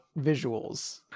visuals